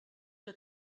que